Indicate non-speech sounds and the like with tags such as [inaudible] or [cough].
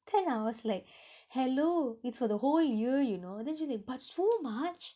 then I was like [breath] hello it's for the whole year you know then she was like but so much